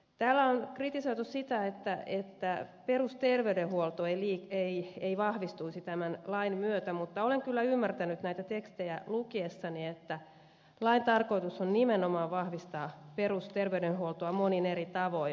täällä on kritisoitu sitä että perusterveydenhuolto ei vahvistuisi tämän lain myötä mutta olen kyllä ymmärtänyt näitä tekstejä lukiessani että lain tarkoitus on nimenomaan vahvistaa perusterveydenhuoltoa monin eri tavoin